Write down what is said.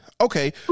Okay